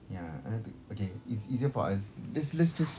ya okay it's easier for us let~ let's just